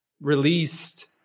released